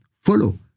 follow